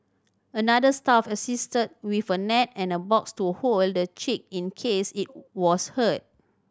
another staff assisted with a net and a box to hold the chick in case it was hurt